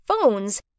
phones